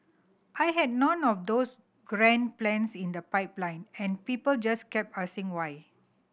I had none of those grand plans in the pipeline and people just kept asking why